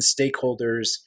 stakeholders